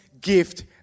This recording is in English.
gift